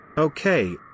Okay